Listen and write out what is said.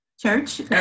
church